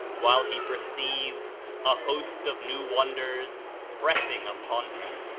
while he perceives a host of new wonders pressing upon him.